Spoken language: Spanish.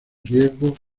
riegos